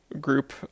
group